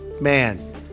man